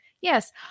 yes